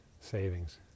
savings